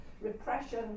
repression